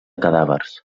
cadàvers